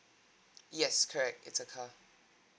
yes correct it's a car